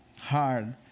hard